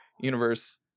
universe